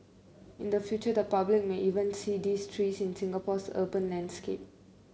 in the future the public may even see these trees in Singapore's urban landscape